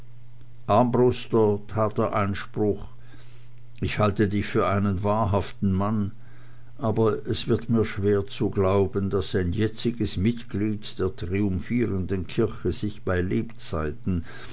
tat er einspruch ich halte dich für einen wahrhaften mann aber es wird mir schwer zu glauben daß ein jetziges mitglied der triumphierenden kirche sich bei lebzeiten